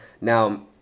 Now